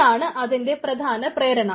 ഇതാണ് അതിൻറെ പ്രധാന പ്രേരണ